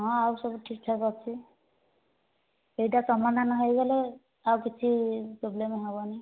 ହଁ ଆଉ ସବୁ ଠିକ୍ ଠାକ୍ ଅଛି ସେଇଟା ସମାଧାନ ହୋଇଗଲେ ଆଉ କିଛି ପ୍ରୋବ୍ଲେମ ହେବନି